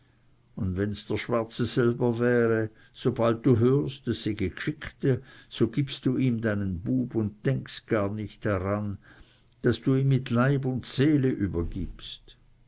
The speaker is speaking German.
und wenn's der schwarze selber wäre sobald du hörst es syg e geschichte so gibst du ihm deinen bub und denkst gar nicht daran daß du ihn mit leib und seele übergibst